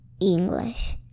English